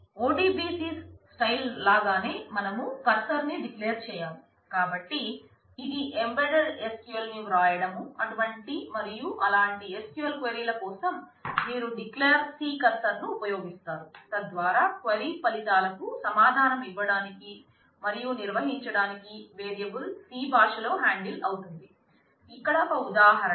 ODBC style లాగానే మనం cursor C కర్సర్ను ఉపయోగిస్తారు తద్వారా క్వైరీ ఫలితాలకు సమాధానం ఇవ్వడానికి మరియు నిర్వహించడానికి వేరియబుల్ C భాషలో హ్యాండిల్ అవుతుంది ఇక్కడ ఒక ఉదాహరణ